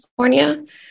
California